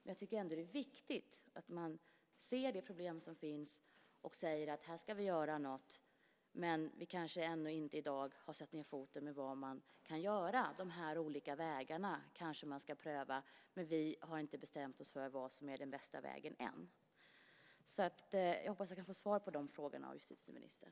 Jag tycker ändå att det är viktigt att man ser de problem som finns och säger: Här ska vi göra något, men vi kanske ännu inte i dag har satt ned foten när det gäller vad vi kan göra. Vi kanske ska prova de här olika vägarna, men vi har inte bestämt oss för vad som är den bästa vägen än. Jag hoppas att jag får svar på frågorna av justitieministern.